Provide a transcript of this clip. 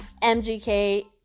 MGK